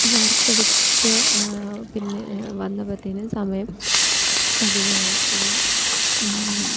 വറുത്തെടുത്ത് പിന്നെ വന്നപ്പത്തേന് സമയം അധികമായിപ്പോയി